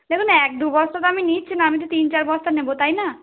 দেখুন এক দু বস্তা তো আমি নিচ্ছি না আমি তো তিন চার বস্তা নেব তাই না